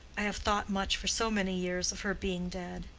i have thought much for so many years of her being dead.